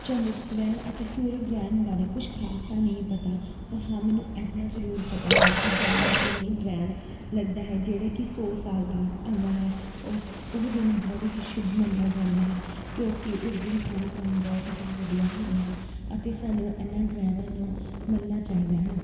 ਚੰਦਰ ਗ੍ਰਹਿਣ ਅਤੇ ਸੂਰਯ ਗ੍ਰਹਿਣ ਬਾਰੇ ਕੁਛ ਖਾਸ ਤਾਂ ਨਹੀਂ ਪਤਾ ਪਰ ਹਾਂ ਮੈਨੂੰ ਇਹਨਾਂ ਜ਼ਰੂਰ ਪਤਾ ਹੈ ਕਿ ਜਦ ਵੀ ਚੰਦਰ ਗ੍ਰਹਿਣ ਲੱਗਦਾ ਹੈ ਜਿਹੜਾ ਕਿ ਸੌ ਸਾਲ ਬਾਅਦ ਆਉਂਦਾ ਹੈ ਉਸ ਉਹ ਦਿਨ ਬਹੁਤ ਹੀ ਸ਼ੁਭ ਮੰਨਿਆ ਜਾਂਦਾ ਹੈ ਕਿਉਂਕਿ ਉਸ ਦਿਨ ਸਾਰੇ ਕੰਮ ਬਹੁਤ ਹੀ ਵਧੀਆ ਹੁੰਦੇ ਹਨ ਅਤੇ ਸਾਨੂੰ ਇਹਨਾਂ ਗ੍ਰਹਿਵਾਂ ਨੂੰ ਮੰਨਣਾ ਚਾਹੀਦਾ ਹੈ